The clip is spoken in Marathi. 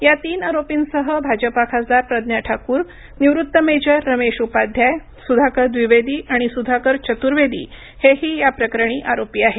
या तीन आरोपींसह भाजपा खासदार प्रज्ञा ठाकूर निवृत्त मेजर रमेश उपाध्याय सुधाकर द्विवेदी आणि सुधाकर चतुर्वेदी हेही या प्रकरणी आरोपी आहेत